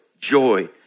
joy